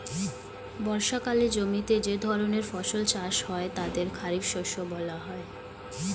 বর্ষাকালে জমিতে যে ধরনের ফসল চাষ হয় তাদের খারিফ শস্য বলা হয়